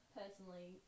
personally